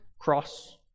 cross